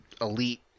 elite